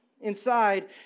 inside